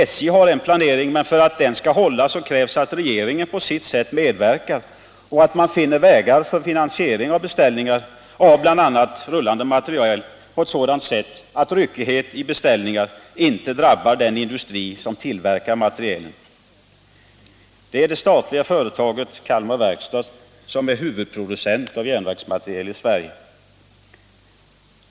SJ har en planering, men för att den skall hålla krävs att regeringen på sitt sätt medverkar till att man finner vägar för finansiering av beställningar av bl.a. rullande materiel på sådant sätt att ryckighet i beställningarna inte drabbar den industri som tillverkar materielen. Det statliga företaget Kalmar Verkstad är huvudproducent av rullande järnvägsmateriel i Sverige.